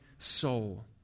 soul